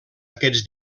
aquests